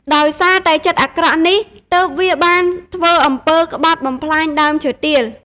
ដោយសារតែចិត្តអាក្រក់នេះ ទើបវាបានធ្វើអំពើក្បត់បំផ្លាញដើមឈើទាល។